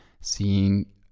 seeing